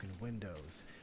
windows